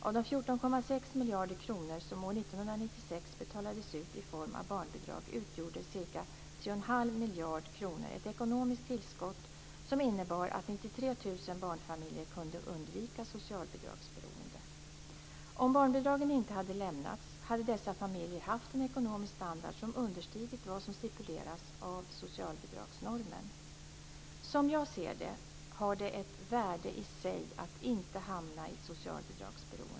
Av de 14,6 miljarder kronor som år 1996 betalades ut i form av barnbidrag utgjorde ca 3,5 miljarder kronor ett ekonomiskt tillskott som innebar att 93 000 barnfamiljer kunde undvika socialbidragsberoende. Om barnbidragen inte hade lämnats hade dessa familjer haft en ekonomisk standard som understigit vad som stipuleras av socialbidragsnormen. Som jag ser det har det ett värde i sig att inte hamna i ett socialbidragsberoende.